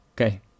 okay